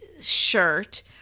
shirt